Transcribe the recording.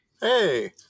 Hey